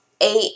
eight